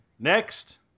Next